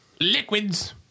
liquids